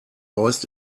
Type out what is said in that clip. hoist